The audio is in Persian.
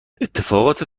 اتفاقات